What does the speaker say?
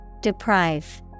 Deprive